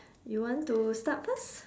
you want to start first